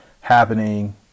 happening